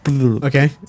okay